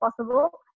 possible